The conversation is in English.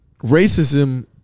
racism